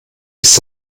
ist